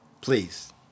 Please